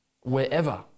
wherever